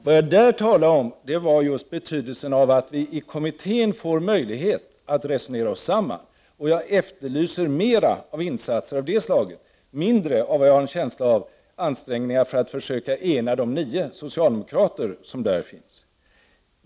Vad jag talade om var just betydelsen av att vi i kommittén får möjlighet att resonera oss samman. Och jag efterlyser mera av insatser av det slaget och mindre av ansträngningar — enligt vad jag har en känsla av — för att försöka ena de nio socialdemokrater som där finns.